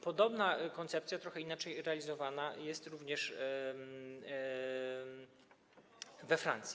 Podobna koncepcja, trochę inaczej realizowana, jest również we Francji.